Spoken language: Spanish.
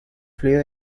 fluido